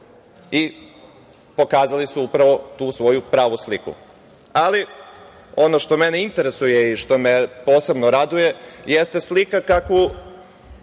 i pokazali su upravo tu svoju pravu sliku. Ono što mene interesuje i što me posebno raduje jeste slika kakvu